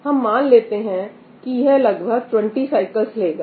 हम मान लेते हैं कि यह लगभग 20 साइकिल्स लेगा